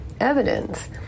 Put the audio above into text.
evidence